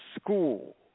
school